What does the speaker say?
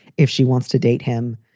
if she wants to date him,